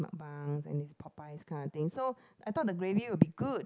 mukbangs and is Popeyes kind of thing so I though the gravy would be good